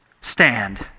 stand